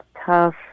tough